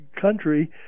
country